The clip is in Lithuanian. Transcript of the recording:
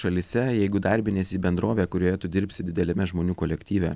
šalyse jeigu darbiniesi į bendrovę kurioje tu dirbsi dideliame žmonių kolektyve